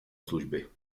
služby